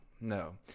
no